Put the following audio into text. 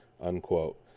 unquote